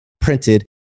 printed